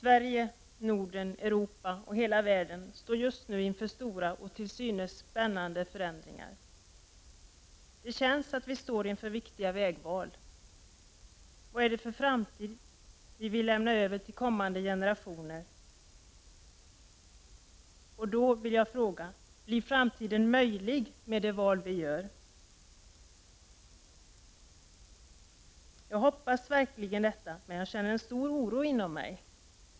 Herr talman! Sverige, Norden, Europa och hela världen står just nu inför stora och till synes spännande förändringar. Det känns att vi står inför viktiga vägval: Vad är det för framtid vi vill lämna över till kommande generationer? Jag vill då fråga: Blir framtiden möjlig med de val vi gör? Jag hoppas verkligen det, men jag känner en stor oro inom mig.